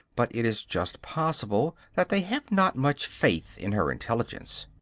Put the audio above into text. but it is just possible that they have not much faith in her intelligence.